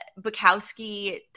Bukowski